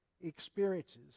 experiences